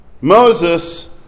Moses